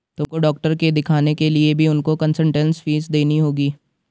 तुमको डॉक्टर के दिखाने के लिए भी उनको कंसलटेन्स फीस देनी होगी